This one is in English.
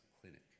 clinic